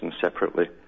separately